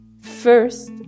First